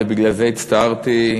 ולכן הצטערתי,